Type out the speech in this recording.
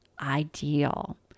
ideal